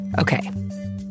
Okay